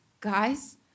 guys